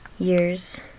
years